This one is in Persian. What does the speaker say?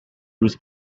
روز